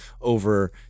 over